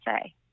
say